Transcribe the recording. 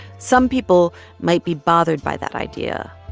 some people might be bothered by that idea,